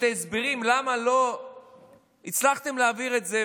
ההסברים למה לא הצלחתם להעביר את זה,